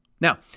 Now